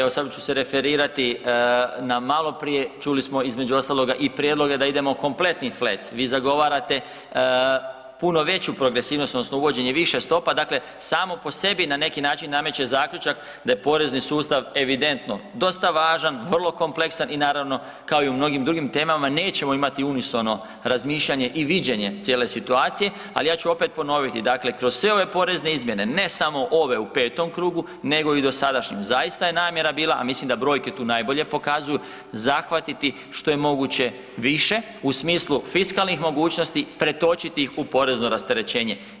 Evo, samo ću se referirati na maloprije, čuli smo između ostaloga i prijedloge da idemo kompletni flat, vi zagovarate puno veću progresivnost, odnosno uvođenje više stopa, dakle samo po sebi na neki način nameće zaključak da je porezni sustav evidentno dosta važan, vrlo kompleksan, i naravno, kao i mnogim drugim temama nećemo imati unisono razmišljanje i viđenje cijele situacije, ali ja ću opet ponoviti, dakle kroz sve ove porezne izmjene, ne samo ove u 5. krugu, nego i dosadašnjem, zaista je namjera bila, a mislim da brojke tu najbolje pokazuju, zahvatiti što je moguće više, u smislu fiskalnih mogućnosti, pretočiti ih u porezno rasterećenje.